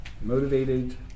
motivated